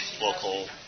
local